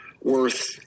worth